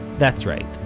that's right,